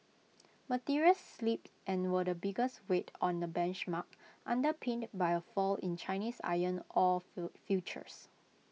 materials slipped and were the biggest weight on the benchmark underpinned by A fall in Chinese iron ore futures